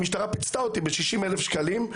המשטרה פיצתה אותי ב-60,000 שקלים,